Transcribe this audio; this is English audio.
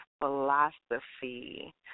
philosophy